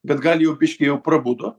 bet gal jau biškį jau prabudo